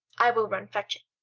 i will run fetch it.